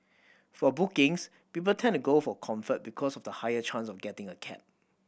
for bookings people tend to go for Comfort because of the higher chance of getting a cab